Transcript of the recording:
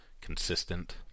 consistent